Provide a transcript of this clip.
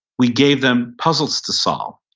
we gave them puzzles to solve.